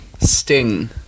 Sting